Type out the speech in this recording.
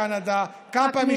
החקיקה?